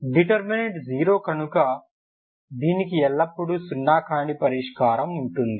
determinant 0 కనుక దీనికి ఎల్లప్పుడూ సున్నా కాని పరిష్కారం ఉంటుంది